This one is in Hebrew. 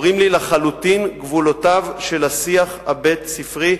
ברורים לי לחלוטין גבולותיו של השיח הבית-ספרי,